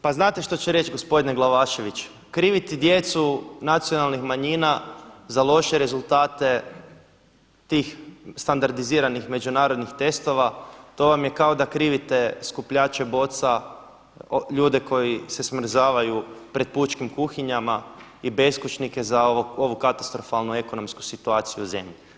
Pa znate što će reći gospodine Glavašević, kriviti djecu nacionalnih manjina za loše rezultate tih standardiziranih međunarodnih testova, to vam je kao da krivite skupljače boca, ljude koji se smrzavaju pred pučkim kuhinjama i beskućnike za ovu katastrofalnu ekonomsku situaciju u zemlji.